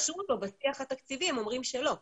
בעצם, בהתקשרות או בשיח התקציבי הם אומרים שלא.